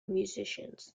musicians